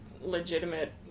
legitimate